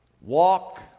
walk